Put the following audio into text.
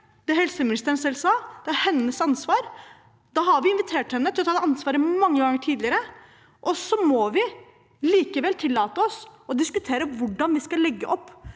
det helseministeren selv sa: Det er hennes ansvar. Vi har invitert henne til å ta det ansvaret mange ganger tidligere. Vi må likevel tillate oss å diskutere hvordan vi skal legge opp